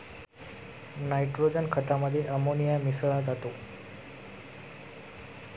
nitrogen खतामध्ये ammonia मिसळा जातो